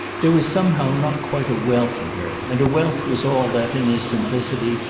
there was somehow not quite a wealth in her and a wealth was all that, in his simplicity,